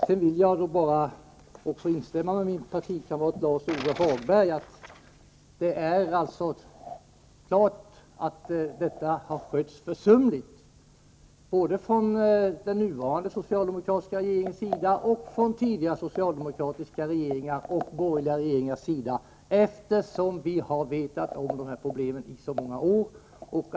Sedan vill jag instämma med min partikamrat Lars-Ove Hagberg i att det är klart att detta har skötts försumligt av både den nuvarande socialdemokratiska regeringen, tidigare socialdemokratiska regeringar och borgerliga regeringar, eftersom man har vetat om problemen i så många år.